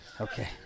okay